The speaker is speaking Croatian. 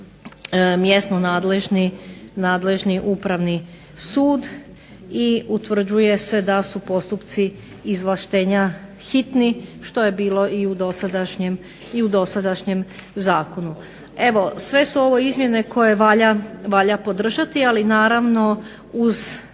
mjesno nadležni Upravni sud. I utvrđuje se da su postupci izvlaštenja hitni što je bilo i u dosadašnjem zakonu. Evo, sve su ovo izmjene koje valja podržati. Ali naravno uz